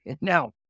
now